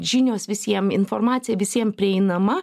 žinios visiem informacija visiem prieinama